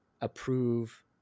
approve